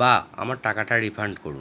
বা আমার টাকাটা রিফান্ড করুন